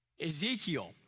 Ezekiel